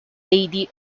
lady